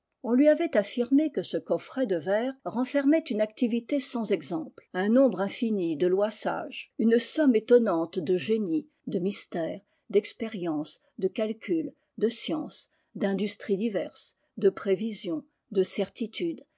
on lui avait affirmé que ce coffret de verre renfermait une activité sans exemple un nombre infini de lois sages une somme étonnante de génie de mystères d'expérience de calculs de sciences d'industries diverses de prévisions de certitudes